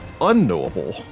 unknowable